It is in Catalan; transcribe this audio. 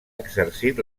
exercit